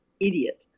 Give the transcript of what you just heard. idiot